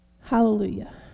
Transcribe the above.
Hallelujah